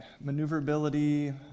Maneuverability